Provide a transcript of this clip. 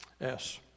Yes